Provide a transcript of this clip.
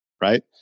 right